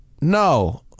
no